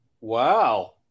Wow